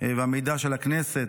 והמידע של הכנסת,